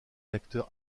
acteur